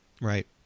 Right